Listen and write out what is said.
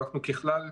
אבל ככלל,